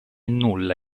nulla